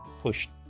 pushed